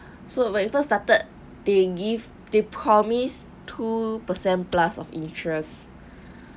so when it first started they give they promise two percent plus of interest